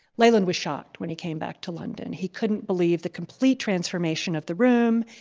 leyland was shocked when he came back to london. he couldn't believe the complete transformation of the room.